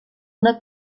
una